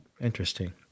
Interesting